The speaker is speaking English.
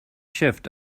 shift